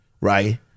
right